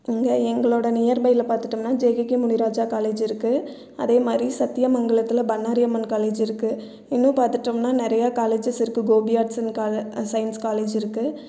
இங்கே எங்களோடய நியர்பையில் பார்த்துட்டோம்னா ஜேகேகே முனிராஜா காலேஜ் இருக்குது அதே மாதிரி சத்தியமங்கலத்தில் பண்ணாரி அம்மன் காலேஜ் இருக்குது இன்னும் பார்த்துட்டோம்னா நிறைய காலேஜஸ் இருக்குது Gobi arts and science college இருக்குது